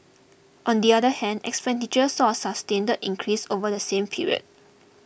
on the other hand expenditure saw a sustained increase over the same period